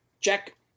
Check